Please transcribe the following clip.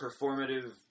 performative